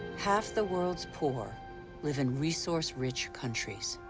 half the world's poor live in resource-rich countries.